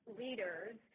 leaders